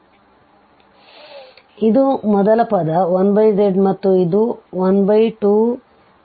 ಆದ್ದರಿಂದ ಇದು ಮೊದಲ ಪದ 1z ಮತ್ತು ಇದು 12